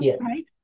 right